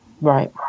right